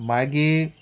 मागीर